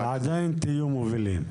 ועדיין תהיו מובילים.